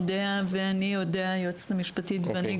אודיה היועצת המשפטית ואני,